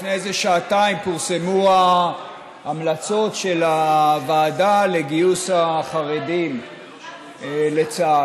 לפני איזה שעתיים פורסמו ההמלצות של הוועדה לגיוס החרדים לצה"ל,